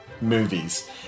movies